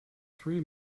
three